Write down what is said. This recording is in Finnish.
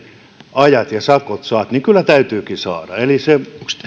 ajat ja sakot saat niin kyllä täytyykin saada eli